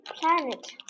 planet